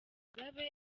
mugabe